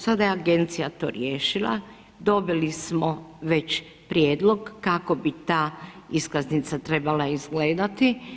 Sada je agencija to riješila, dobili smo već prijedlog kako bi ta iskaznica trebala izgledati.